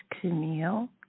Camille